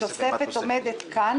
התוספת עומדת בפניכם.